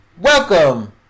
Welcome